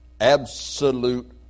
Absolute